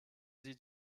sie